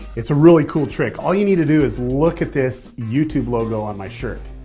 it's a really cool trick. all you need to do is look at this youtube logo on my shirt.